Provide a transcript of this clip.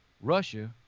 Russia